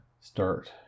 start